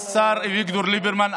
השר אביגדור ליברמן,